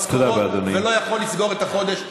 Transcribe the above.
ולא יכול לסגור את החודש.